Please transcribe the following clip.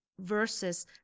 versus